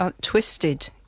twisted